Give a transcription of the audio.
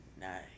Nice